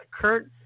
Kurt